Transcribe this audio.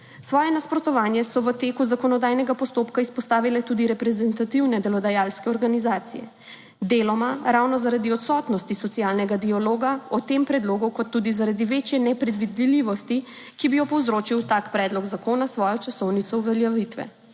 Svoje nasprotovanje so v teku zakonodajnega postopka izpostavile tudi reprezentativne delodajalske organizacije, deloma ravno zaradi odsotnosti socialnega dialoga o tem predlogu kot tudi zaradi večje nepredvidljivosti, ki bi jo povzročil tak predlog zakona s svojo časovnico uveljavitve.